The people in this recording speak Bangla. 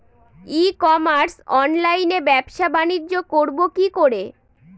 ই কমার্স অনলাইনে ব্যবসা বানিজ্য করব কি করে?